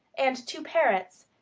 and two parrots,